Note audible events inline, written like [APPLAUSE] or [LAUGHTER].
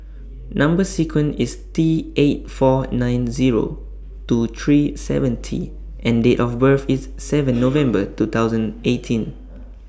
Number sequence IS T eight four nine Zero two three seven T and Date of birth IS seven [NOISE] November two thousand eighteen